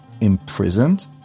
imprisoned